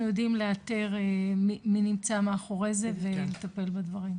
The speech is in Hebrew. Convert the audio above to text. יודעים לאתר מי נמצא מאחורי זה ולטפל בדברים.